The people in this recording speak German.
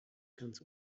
ganz